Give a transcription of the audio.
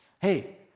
hey